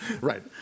Right